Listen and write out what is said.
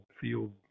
field